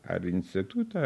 ar institutą